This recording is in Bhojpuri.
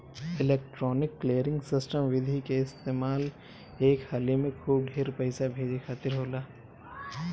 इलेक्ट्रोनिक क्लीयरिंग सिस्टम विधि के इस्तेमाल एक हाली में खूब ढेर पईसा भेजे खातिर होला